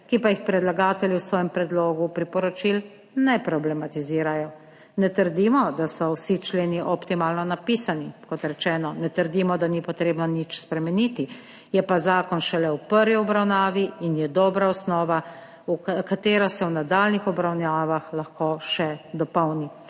ki pa jih predlagatelji v svojem predlogu priporočil ne problematizirajo. Ne trdimo, da so vsi členi optimalno napisani, kot rečeno, ne trdimo, da ni potrebno nič spremeniti, je pa zakon šele v prvi obravnavi in je dobra osnova, katero se v nadaljnjih obravnavah lahko še dopolni.